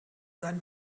seinen